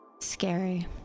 Scary